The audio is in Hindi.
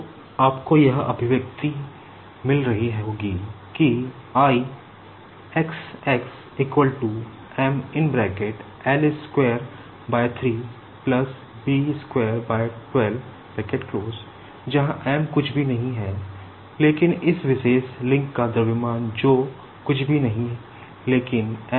तो आपको यह एक्सप्रेशन मिल रही होगी कि जहाँ m कुछ भी नहीं है लेकिन इस विशेष लिंक का द्रव्यमान जो कुछ भी नहीं लेकिन है